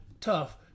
tough